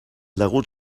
degut